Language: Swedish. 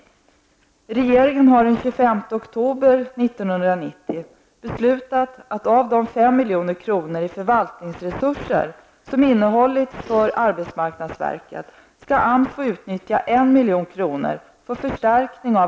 Regeringen har den 25 oktober 1990 beslutat att av de 5 milj.kr. i förvaltningsresurser som innehållits för arbetsmarknadsverket skall AMS få utnyttja 1 milj.